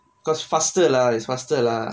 because faster lah is faster lah